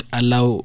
allow